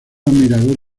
admirador